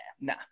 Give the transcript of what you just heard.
nah